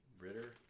Ritter